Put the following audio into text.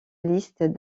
liste